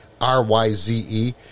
r-y-z-e